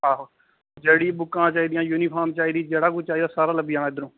आहो जेह्ड़ी बुक्कां चाहिदियां जेह्ड़ी यूनिफार्म चाहिदी जेह्ड़ा कुछ चाहिदा सारा लब्भी जाना इद्धरुं